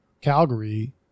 Calgary